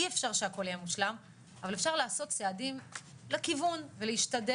אי אפשר שהכל יהיה מושלם אבל אפשר לעשות צעדים לכיוון ולהשתדל,